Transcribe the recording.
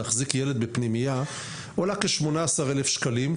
להחזיק ילד בפנימייה, עולה כ-18,000 שקלים.